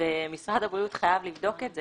ומשרד הבריאות חייב לבדוק את זה.